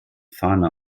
fahne